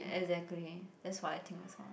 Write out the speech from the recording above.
exactly that's what I think also